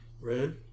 Red